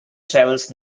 travels